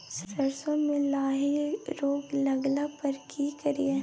सरसो मे लाही रोग लगला पर की करिये?